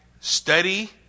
study